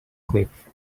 cliff